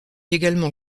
également